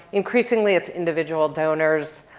increasingly it's individual donors,